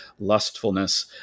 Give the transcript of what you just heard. lustfulness